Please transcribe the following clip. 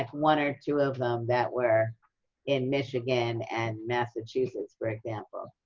like one or two of them that were in michigan and massachusetts, for example.